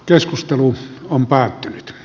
keskustelu on päättynyt p